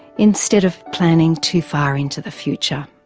instead of planning too far into the future.